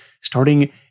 starting